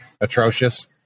atrocious